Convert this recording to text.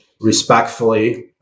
respectfully